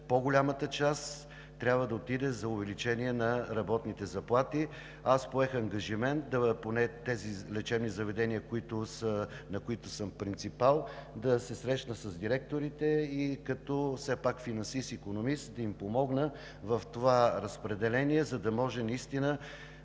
по-голямата част трябва да отиде за увеличение на работните заплати. Аз поех ангажимент поне за тези лечебни заведения, на които съм принципал, да се срещна с директорите и все пак, като финансист и икономист, да им помогна в това разпределение, за да може наистина